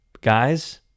Guys